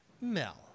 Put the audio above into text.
Mel